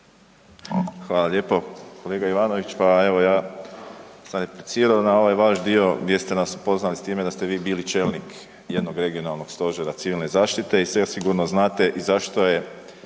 Hvala lijepo. Kolega Ivanović, pa evo ja sam replicirao na ovaj vaš dio gdje ste nas upoznali s time da ste vi bili čelnik jednog regionalnog stožera civilne zaštite i zasigurno znate i zašto je